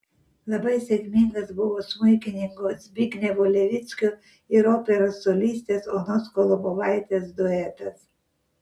labai sėkmingas buvo smuikininko zbignevo levickio ir operos solistės onos kolobovaitės duetas